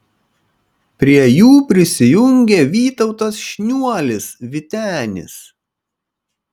prie jų prisijungė vytautas šniuolis vytenis